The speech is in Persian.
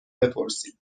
بپرسید